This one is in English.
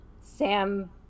Sam